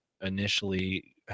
initially